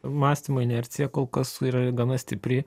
mąstymo inercija kol kas yra gana stipri